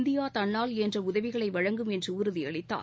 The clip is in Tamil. இந்தியா தன்னால் இயன்ற உதவிகளை வழங்கும் என்று உறுதியளித்தார்